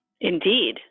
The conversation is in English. Indeed